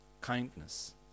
Kindness